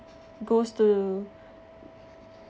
goes to